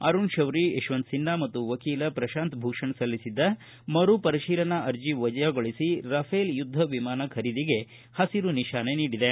ಅರುಣ್ ಶೌರಿ ಯಶವಂತ ಸಿನ್ಹಾ ಮತ್ತು ವಕೀಲ ಪ್ರಶಾಂತ್ ಭೂಷಣ್ ಸಲ್ಲಿಸಿದ್ದ ಮರು ಪರಿಶೀಲನಾ ಅರ್ಜಿ ವಜಾಗೊಳಿಸ ರಫೇಲ್ ಯುದ್ದ ವಿಮಾನ ಖರೀದಿಗೆ ಹಸಿರು ನಿಶಾನೆ ನೀಡಿದೆ